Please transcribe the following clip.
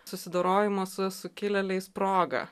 susidorojimo su sukilėliais proga